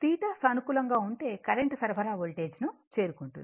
θ సానుకూలంగా ఉంటే కరెంట్ సరఫరా వోల్టేజ్ను చేరుకుంటుంది